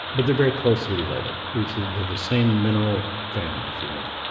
but they're very closely related. these are the the same mineral family, if you will